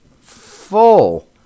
full